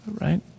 right